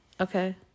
Okay